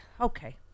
okay